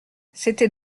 c’était